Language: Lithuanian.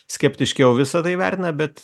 skeptiškiau visa tai vertina bet